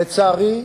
לצערי,